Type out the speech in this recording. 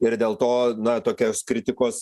ir dėl to na tokios kritikos